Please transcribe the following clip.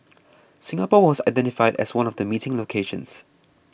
Singapore was identified as one of the meeting locations